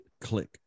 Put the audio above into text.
click